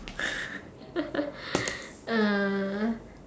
uh